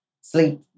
sleep